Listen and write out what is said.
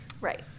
Right